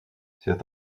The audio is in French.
cet